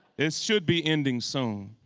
it should be ending soon.